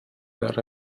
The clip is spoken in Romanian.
dar